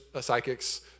psychics